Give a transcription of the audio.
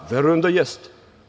Verujem da jeste.